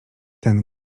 ten